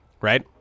right